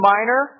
Minor